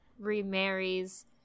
remarries